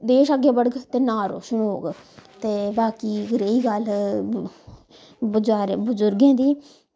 देश अग्गै बढ़ग ते नांऽ रोशन होग ते बाकी रेही गल्ल बजुर्गें दी